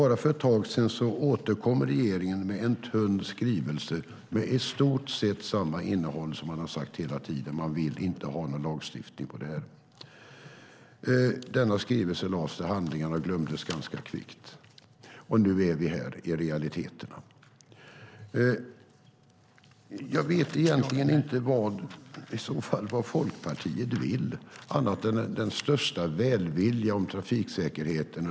Bara för ett tag sedan återkom regeringen med en tunn skrivelse med i stort sett samma innehåll som man sagt hela tiden: Man vill inte ha någon lagstiftning på det här området. Denna skrivelse lades till handlingarna och glömdes ganska kvickt. Och nu är vi här i realiteterna. Jag vet egentligen inte vad Folkpartiet i så fall vill annat än den största välvilja när det gäller trafiksäkerhet.